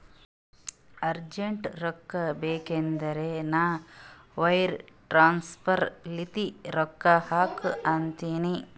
urgent ರೊಕ್ಕಾ ಬೇಕಾಗಿತ್ತಂದ್ರ ನಾ ವೈರ್ ಟ್ರಾನ್ಸಫರ್ ಲಿಂತೆ ರೊಕ್ಕಾ ಹಾಕು ಅಂತಿನಿ